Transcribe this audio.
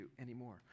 anymore